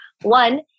One